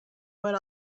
what